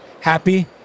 happy